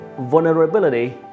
vulnerability